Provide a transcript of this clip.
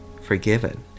forgiven